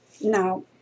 Now